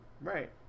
Right